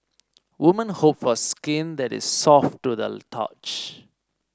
women hope for skin that is soft to the touch